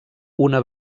una